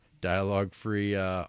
dialogue-free